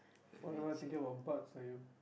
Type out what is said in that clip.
forever thinking about birds are you